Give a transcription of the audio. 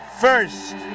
first